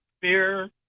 Fear